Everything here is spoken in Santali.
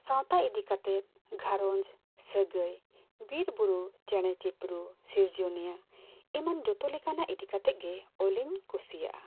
ᱥᱟᱶᱛᱟ ᱤᱫᱤ ᱠᱟᱛᱮᱫ ᱜᱷᱟᱨᱚᱸᱡᱽ ᱥᱟᱹᱜᱟᱹᱭ ᱵᱤᱨ ᱵᱩᱨᱩ ᱪᱮᱬᱮ ᱪᱤᱯᱨᱩ ᱥᱤᱨᱡᱚᱱᱤᱭᱟᱹ ᱮᱢᱟᱱ ᱡᱚᱛᱚ ᱞᱮᱠᱟᱱᱟᱜ ᱤᱫᱤ ᱠᱟᱛᱮᱜᱮ ᱚᱞᱤᱧ ᱠᱩᱥᱤᱭᱟᱜᱼᱟ